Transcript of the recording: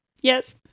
yes